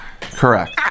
Correct